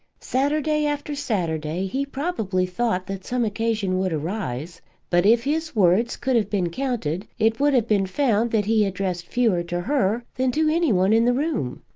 saturday after saturday he probably thought that some occasion would arise but, if his words could have been counted, it would have been found that he addressed fewer to her than to any one in the room.